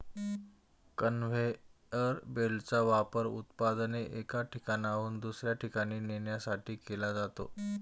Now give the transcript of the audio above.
conveyor बेल्टचा वापर उत्पादने एका ठिकाणाहून दुसऱ्या ठिकाणी नेण्यासाठी केला जातो